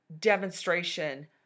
demonstration